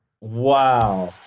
Wow